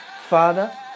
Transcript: Father